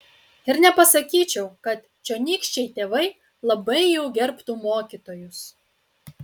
ir nepasakyčiau kad čionykščiai tėvai labai jau gerbtų mokytojus